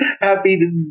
happy